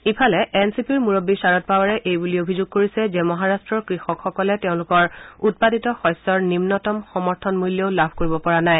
ইফালে N C পিৰ মুৰববী শৰদ পাৱাৰে এইবুলি অভিযোগ কৰিছে যে মহাৰাট্টৰ কৃষকসকলে তেওঁলোকৰ উৎপাদিত শস্যৰ নিম্নতম সমৰ্থন মূল্যও লাভ কৰিব পৰা নাই